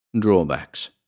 drawbacks